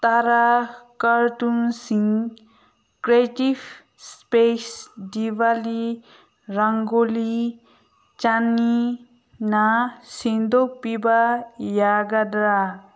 ꯇꯥꯔꯥ ꯀꯥꯔꯇꯨꯟꯁꯤꯡ ꯀ꯭ꯔꯦꯇꯤꯞ ꯏꯁꯄꯦꯁ ꯗꯤꯋꯥꯂꯤ ꯔꯪꯒꯣꯂꯤ ꯆꯥꯅꯤꯅ ꯁꯟꯗꯣꯛꯄꯤꯕ ꯌꯥꯒꯗ꯭ꯔꯥ